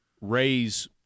raise